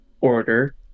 order